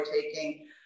taking